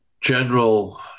general